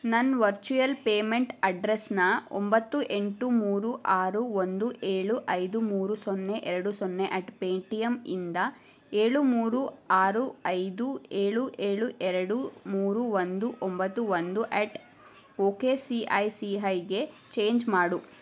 ನನ್ನ virtual payment ಅಡ್ರೆಸ್ನ ಒಂಬತ್ತು ಎಂಟು ಮೂರು ಆರು ಒಂದು ಏಳು ಐದು ಮೂರು ಸೊನ್ನೆ ಎರಡು ಸೊನ್ನೆ ಯಟ್ ಪೇ ಟಿ ಎಮ್ ಇಂದ ಏಳು ಮೂರು ಆರು ಐದು ಏಳು ಏಳು ಎರಡು ಮೂರು ಒಂದು ಒಂಬತ್ತು ಒಂದು ಯಟ್ ಓಕೆ ಸಿಐಸಿಹೈಗೆ ಚೇಂಜ್ ಮಾಡು